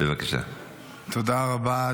תודה רבה,